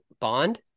bond